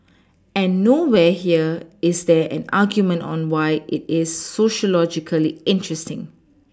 and nowhere here is there an argument on why it is sociologically interesting